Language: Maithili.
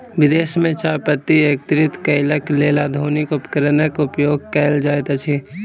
विदेश में चाह पत्ती एकत्रित करैक लेल आधुनिक उपकरणक उपयोग कयल जाइत अछि